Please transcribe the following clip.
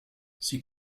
sie